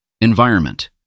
Environment